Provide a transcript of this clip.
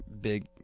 big